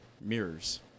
mirrors